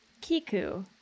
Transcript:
Kiku